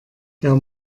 der